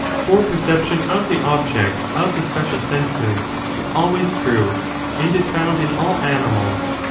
for perception of the objects of the special senses is always true and is found in all animals,